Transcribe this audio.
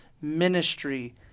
ministry